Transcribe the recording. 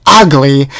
ugly